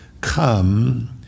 come